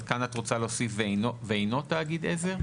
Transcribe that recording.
אז כאן את רוצה להוסיף ואינו תאגיד עזר?